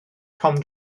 tom